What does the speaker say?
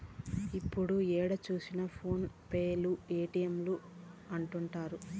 ఇప్పుడు ఏడ చూసినా ఫోన్ పే పేటీఎం అంటుంటారు